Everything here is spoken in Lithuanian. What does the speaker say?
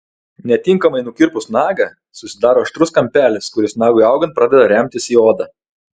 netinkamai nukirpus nagą susidaro aštrus kampelis kuris nagui augant pradeda remtis į odą